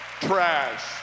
trash